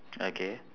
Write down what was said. okay